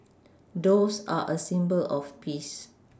doves are a symbol of peace